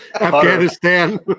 Afghanistan